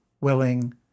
willing